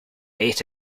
ate